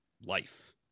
life